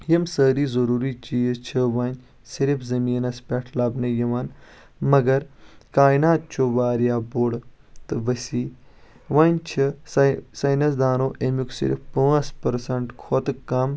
یِم سأری ضروٗری چیٖز چھ وۄنۍ صِرف زمیٖنس پٮ۪ٹھ لبنہٕ یِوان مگر کاینات چھُ واریاہ بوٚڈ تہٕ ؤسیع وۄنۍ چھ سے ساینسدانو أمیُک صِرف پانٛژھ پٔرسنٹ کھۄتہٕ کم